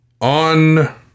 on